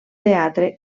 teatre